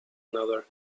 another